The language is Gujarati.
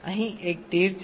અહીં એક તીર છે